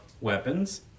weapons